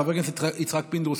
חבר הכנסת יצחק פינדרוס,